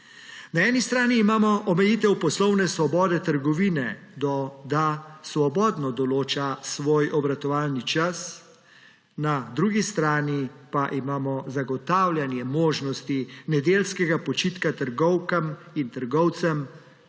Na eni strani imamo omejitev poslovne svobode trgovine, da svobodno določa svoj obratovalni čas; na drugi strani pa imamo zagotavljanje možnosti nedeljskega počitka trgovkam in trgovcem